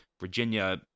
Virginia